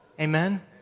Amen